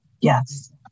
Yes